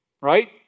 Right